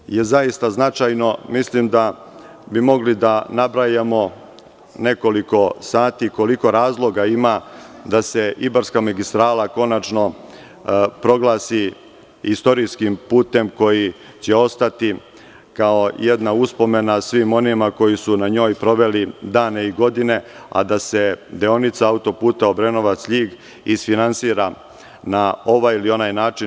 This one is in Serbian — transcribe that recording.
Nešto što je zaista značajno, mislim da bi mogli da nabrajamo nekoliko sati koliko razloga ima da se Ibarska magistrala konačno proglasi istorijskim putem koji će ostati kao jedna uspomena svima onima koji su na njoj proveli dane i godine, a da se deonica autoputa Obrenovac-Ljig isfinansira na ovaj ili onaj način.